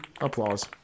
Applause